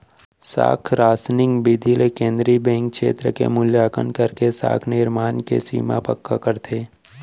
साख रासनिंग बिधि ले केंद्रीय बेंक छेत्र के मुल्याकंन करके साख निरमान के सीमा पक्का करथे